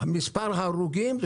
מספר ההרוגים?